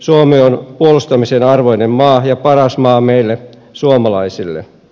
suomi on puolustamisen arvoinen maa ja paras maa meille suomalaisille